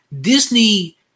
Disney